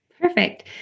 Perfect